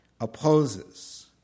opposes